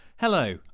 Hello